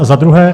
Za druhé.